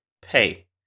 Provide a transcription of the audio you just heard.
Pay